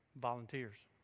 Volunteers